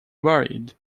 worried